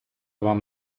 вам